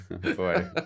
boy